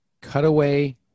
cutaway